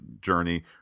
journey